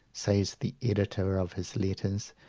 says the editor of his letters,